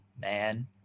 man